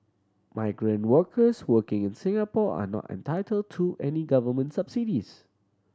migrant workers working in Singapore are not entitled to any Government subsidies